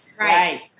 right